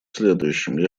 следующем